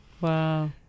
Wow